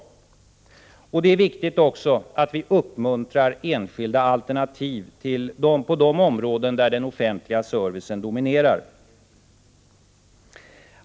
Det är också viktigt att vi uppmuntrar enskilda alternativ på de områden där den offentliga servicen dominerar.